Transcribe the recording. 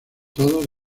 todos